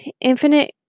infinite